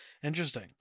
interesting